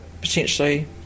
potentially